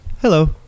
Hello